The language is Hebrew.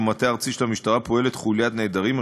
במטה הארצי של המשטרה פועלת חוליית נעדרים,